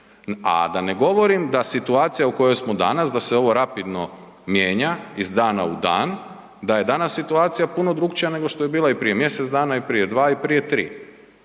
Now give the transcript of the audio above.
A da ne govorim da situacija u kojoj smo danas da se ovo rapidno mijenja iz dana u dan, da je danas situacija puno drukčija nego što je bila i prije mjesec dana i prije dva i prije tri.